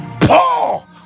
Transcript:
Paul